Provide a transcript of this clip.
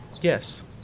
yes